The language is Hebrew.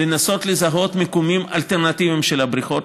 היא לנסות לזהות מיקומים אלטרנטיביים לבריכות.